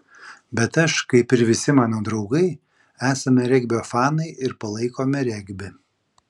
bet aš kaip ir visi mano draugai esame regbio fanai ir palaikome regbį